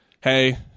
hey